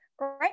right